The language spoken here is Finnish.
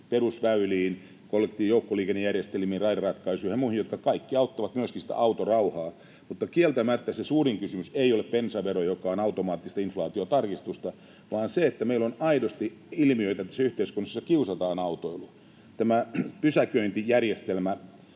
perusväyliin, joukkoliikennejärjestelmiin, raideratkaisuihin ja muihin, jotka kaikki auttavat myöskin sitä autorauhaa. Mutta kieltämättä se suurin kysymys ei ole bensavero, joka on automaattista inf-laatiotarkistusta, vaan se, että meillä on aidosti tässä yhteiskunnassa ilmiöitä, joilla kiusataan autoilua. Tämä pysäköintijärjestelmä,